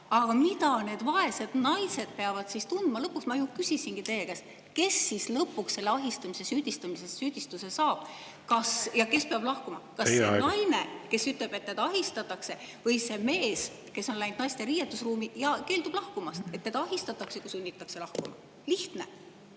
Aga mida need vaesed naised peavad tundma? Ma ju küsisingi teie käest: kes siis lõpuks selle ahistamise süüdistuse saab ja kes peab lahkuma, kas naine, kes ütleb, et teda ahistatakse, või see mees, kes on läinud naiste riietusruumi ja keeldub lahkumast, [väites], et teda ahistatakse, kui sunnitakse lahkuma? Lihtne.